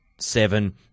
seven